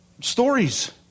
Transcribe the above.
stories